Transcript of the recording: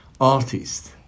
artist